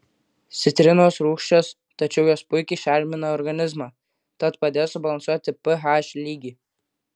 citrinos rūgščios tačiau jos puikiai šarmina organizmą tad padės subalansuoti ph lygį